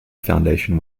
foundation